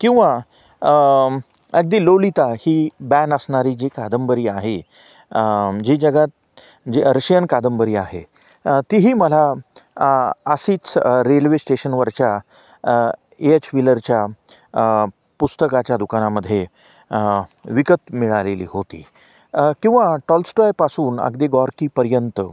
किंवा अगदी लोलिता ही बॅन असणारी जी कादंबरी आहे जी जगात जी अर्शियन कादंबरी आहे तीही मला अशीच रेल्वे स्टेशनवरच्या ए एच व्हीलरच्या पुस्तकाच्या दुकानामध्ये विकत मिळालेली होती किंवा टॉल्स्टॉयपासून अगदी गॉरकीपर्यंत